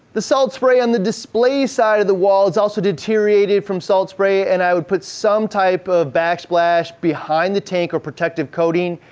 the salt spray on the display side of the walls also deteriorated from salt spray and i would put some type of back splash behind the tank or protective coating.